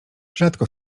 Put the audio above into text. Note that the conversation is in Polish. rzadko